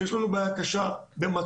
שיש לנו בעיה קשה במצוקים.